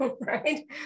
right